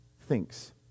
thinks